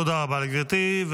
תודה, גברתי.